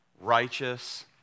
righteous